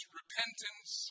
repentance